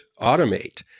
automate